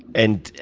and,